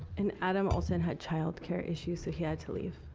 and adam olsonhad child care issues so he had to leave.